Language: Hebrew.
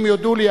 אם יודו לי,